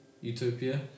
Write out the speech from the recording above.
utopia